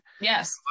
Yes